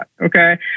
Okay